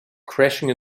crashing